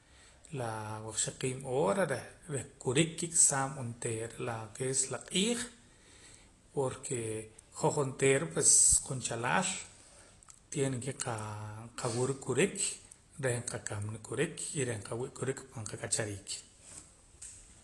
Laa waqxaqiib' hoora reh reh kurik nkik' saam onteera lo ke es la q'iij porque hoj onteera pues qonchalaal tiene kee qaa nqawura kurik reh nkamana kurik y reh nqawii' kurik reh pan qak'achariik